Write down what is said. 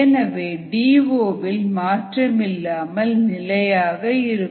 எனவே டி ஓ வில் மாற்றமில்லாமல் நிலையாக இருக்கும்